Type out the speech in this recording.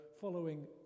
following